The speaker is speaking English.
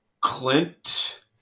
Clint